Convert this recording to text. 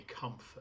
comfort